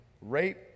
rape